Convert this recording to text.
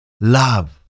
love